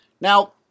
Now